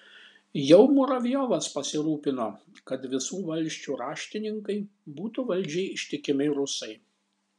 jau muravjovas pasirūpino kad visų valsčių raštininkai būtų valdžiai ištikimi rusai